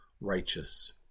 righteous